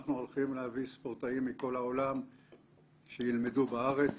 הולכים להביא ספורטאים מכל העולם שילמדו בארץ